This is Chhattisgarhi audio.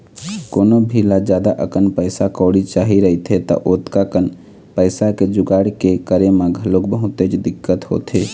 कोनो भी ल जादा अकन पइसा कउड़ी चाही रहिथे त ओतका कन पइसा के जुगाड़ के करे म घलोक बहुतेच दिक्कत होथे